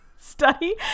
study